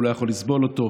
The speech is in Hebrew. הוא לא יכול לסבול אותו,